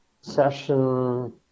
session